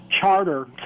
charter